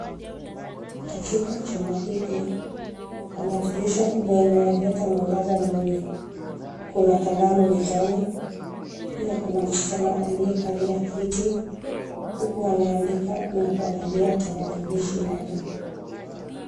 Katika chumba hiki pana dirisha kubwa inayoleta mwangaza mwingi. Kuna kalamu mezani pia kuna msichana aliye kalia kiti huku anaandika na kuangalia tarakilishi yake.